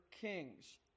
kings